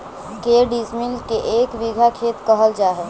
के डिसमिल के एक बिघा खेत कहल जा है?